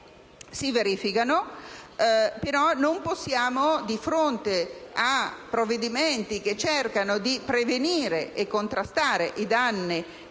si verifica. Ma, di fronte a provvedimenti che cercano di prevenire e contrastare i danni